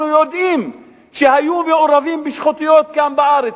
יודעים שהיו מעורבים בשחיתויות כאן בארץ.